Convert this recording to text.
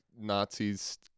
Nazis